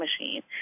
machine